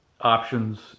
options